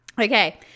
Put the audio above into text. Okay